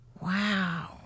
Wow